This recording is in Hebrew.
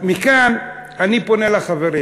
מכאן אני פונה לחברים.